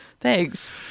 Thanks